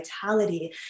vitality